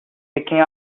picking